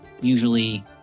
usually